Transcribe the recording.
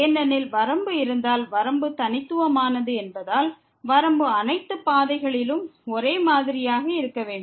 ஏனெனில் வரம்பு இருந்தால் வரம்பு தனித்துவமானது என்பதால் வரம்பு அனைத்து பாதைகளிலும் ஒரே மாதிரியாக இருக்க வேண்டும்